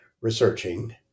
researching